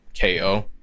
KO